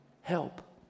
help